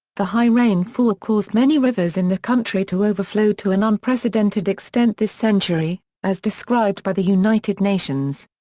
the high rainfall caused many rivers in the country to overflow to an unprecedented extent this century, as described by the united nations.